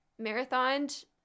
marathoned